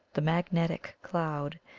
the magnetic cloud,